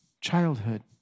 childhood